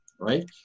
right